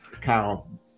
Kyle